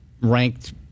ranked